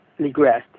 regressed